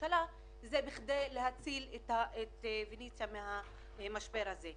ממשלה הוא בכדי להציל את "פניציה" מהמשבר הזה.